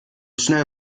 schnell